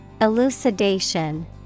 Elucidation